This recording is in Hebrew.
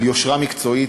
על יושרה מקצועית,